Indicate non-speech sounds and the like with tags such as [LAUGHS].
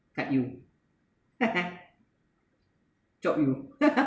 cut you [LAUGHS] chop you [LAUGHS]